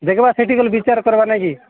ଦେଖିବା ସେଠିକି ଗଲେ ବିଚାର କରିବାନାକି